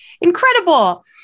incredible